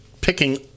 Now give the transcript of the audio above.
picking